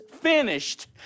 finished